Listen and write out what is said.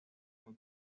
muy